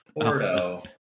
Porto